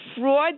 fraud